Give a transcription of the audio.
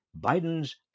Biden's